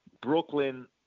Brooklyn